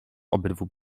obydwu